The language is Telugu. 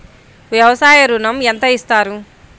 వ్యవసాయ ఋణం ఎంత ఇస్తారు?